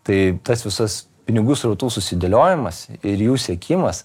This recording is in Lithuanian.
tai tas visas pinigų srautų susidėliojamas ir jų siekimas